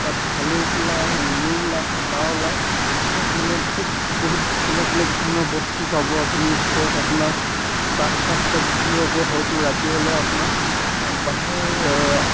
তাত ভালুক ওলায় নেউল ওলায় হেপা ওলায় তাত মানে বহুত বহুত বেলেগ বেলেগ ধৰণৰ বস্তু পাব আপুনি ধৰক আপোনাৰ বাক চাক চব দেখিবলৈ পাব হয়তো ৰাতি হ'লে আপোনাক বাহেৰে